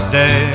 day